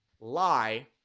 lie